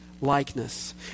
likeness